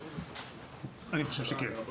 אני חושב שכן.